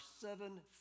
seven